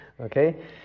Okay